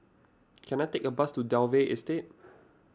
can I take a bus to Dalvey Estate